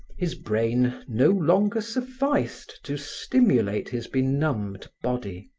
his brain no longer sufficed to stimulate his benumbed body.